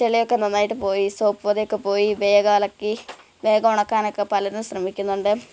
ചിലതൊക്കെ നന്നായിട്ട് പോയി സോപ്പ് പതയൊക്കെ പോയി വേഗം അലക്കി വേഗം ഉണക്കാനൊക്കെ പലരും ശ്രമിക്കുന്നുണ്ട്